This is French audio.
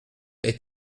est